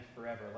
forever